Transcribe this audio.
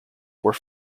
were